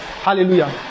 Hallelujah